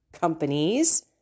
companies